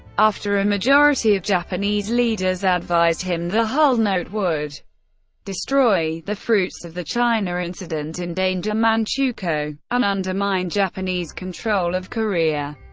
after a majority of japanese leaders advised him the hull note would destroy the fruits of the china incident, endanger manchukuo and undermine japanese control of korea.